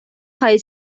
خواهی